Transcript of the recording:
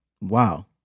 Wow